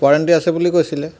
warranty আছে বুলি কৈছিলে